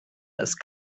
ist